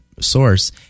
source